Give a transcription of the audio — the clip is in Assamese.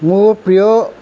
মোৰ প্ৰিয়